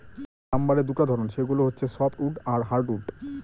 লাম্বারের দুটা ধরন, সেগুলো হচ্ছে সফ্টউড আর হার্ডউড